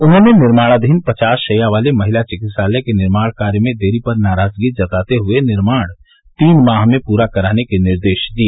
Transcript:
उन्होंने निर्माणाधीन पचास शैया वाले महिला चिकित्सालय के निर्माण कार्य में हो रही देरी पर नाराजगी जताते हुए निर्माण तीन माह में पूरा कराने के निर्देश दिए